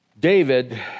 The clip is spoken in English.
David